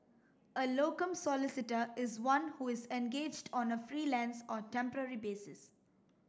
a locum solicitor is one who is engaged on a freelance or temporary basis